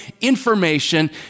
information